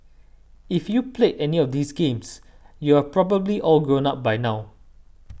if you played any of these games you are probably all grown up by now